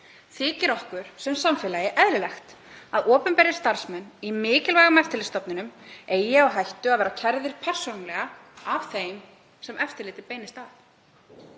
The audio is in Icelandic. Þykir okkur sem samfélagi eðlilegt að opinberir starfsmenn í mikilvægum eftirlitsstofnunum eigi á hættu að verða kærðir persónulega af þeim sem eftirlitið beinist að?